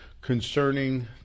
concerning